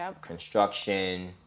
construction